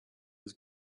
was